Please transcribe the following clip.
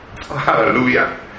Hallelujah